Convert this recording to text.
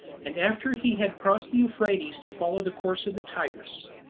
and after he had crossed the euphrates, to follow the course of the tigris.